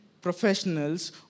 professionals